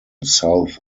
south